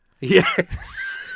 Yes